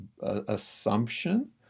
assumption